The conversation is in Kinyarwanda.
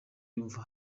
yumva